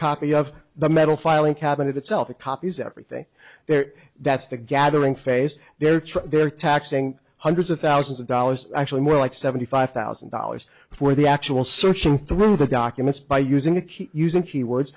copy of the metal filing cabinet itself the copies everything there that's the gathering face they're trying they're taxing hundreds of thousands of dollars actually more like seventy five thousand dollars for the actual searching through the documents by using a key using keywords